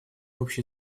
общей